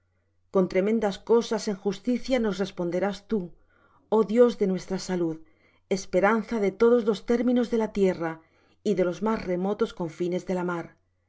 con tremendas cosas en justicia nos responderás tú oh dios de nuestra salud esperanza de todos los términos de la tierra y de los más remotos confines de la mar